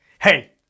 hey